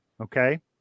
okay